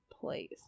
place